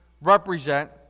represent